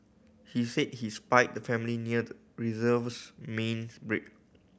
he said he spied the family near the reserve's main's bridge